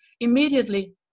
immediately